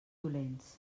dolents